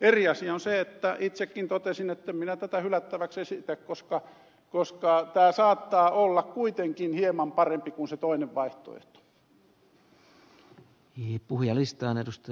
eri asia on se että itsekin totesin etten minä tätä hylättäväksi esitä koska tämä saattaa olla kuitenkin hieman parempi kuin se toinen vaihtoehto